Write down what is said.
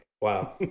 Wow